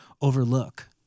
overlook